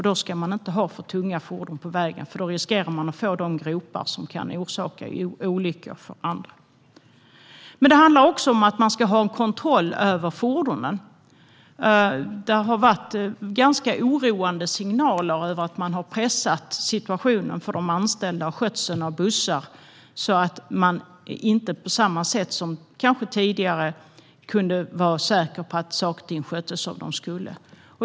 Då ska man inte ha för tunga fordon på vägen, för då riskerar man att få de gropar som kan orsaka olyckor för andra. Det handlar också om att ha kontroll över fordonen. Det har kommit ganska oroande signaler om att man har pressat situationen för de anställda och skötseln av bussar så att man kanske inte på samma sätt som tidigare kan vara säker på att saker och ting sköts som de ska.